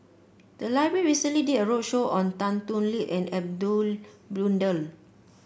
the library recently did a roadshow on Tan Thoon Lip and Edmund Blundell